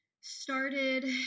started